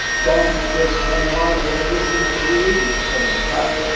john was one of my earliest interviewees on in touch,